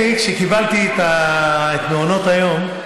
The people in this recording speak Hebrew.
כשקיבלתי את מעונות היום,